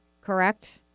correct